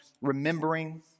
remembering